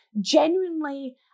genuinely